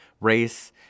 race